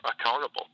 accountable